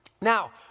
Now